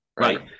Right